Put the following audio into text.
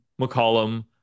McCollum